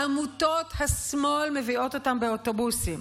עמותות השמאל מביאות אותם באוטובוסים.